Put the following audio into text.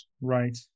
Right